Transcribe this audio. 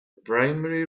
primarily